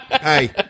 Hey